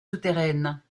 souterraines